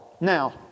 Now